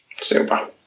Super